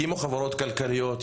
הקימו חברות כלכליות,